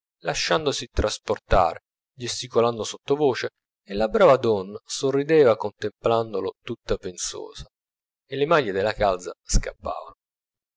lasciandosi trasportare gesticolando sottovoce e la brava donna sorrideva contemplandolo tutta pensosa e le maglie della calza scappavano